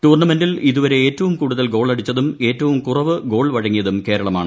ടൂർണമെന്റിൽ ഇതുവരെ ഏറ്റവും കൂടുതൽ ഗോളടിച്ചതും ഏറ്റവും കുറവ് ഗോൾ വഴങ്ങിയതും കേരളമാണ്